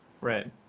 right